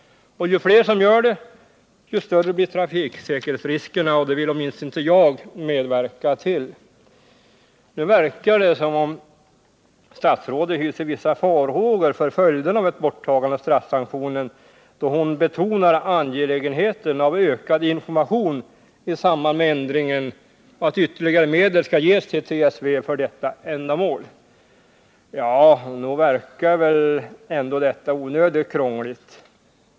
Ju fler som gör detta, ju större blir trafiksäkerhetsriskerna — och den ökningen vill åtminstone inte jag medverka till. Det verkar också som om statsrådet hyser vissa farhågor för följderna av ett borttagande av straffsanktionen, då hon betonar angelägenheten av ökad information i samband med ändringen och begär att ytterligare medel skall ges till TSV för detta ändamål. Nog verkar väl ändå detta onödigt krångligt!